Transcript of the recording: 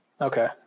Okay